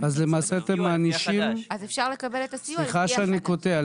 --- סליחה שאני קוטע,